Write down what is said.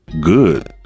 good